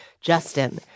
Justin